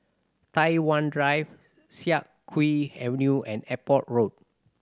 Tai Hwan Drive Siak Kew Avenue and Airport Road